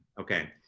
okay